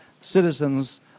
citizens